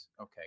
Okay